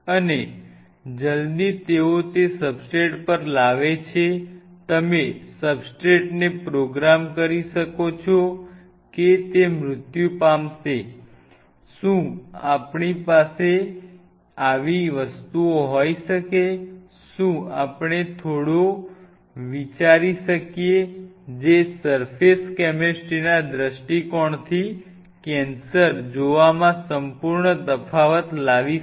અને જલદી તેઓ તે સબસ્ટ્રેટ પર લાવે છે તમે સબસ્ટ્રેટને પ્રોગ્રામ કરી શકો છો કે તે મૃત્યુ પામશે શું આપણી પાસે આવી વસ્તુઓ હોઈ શકે શું આપણે થોડો વિચારી શકીએ જે સર્ફેસ કેમેસ્ટ્રીના દૃષ્ટિકોણથી કેન્સર જોવામાં સંપૂર્ણ તફાવત લાવી શકે